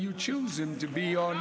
you choose him to be o